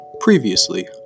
Previously